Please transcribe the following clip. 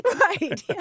Right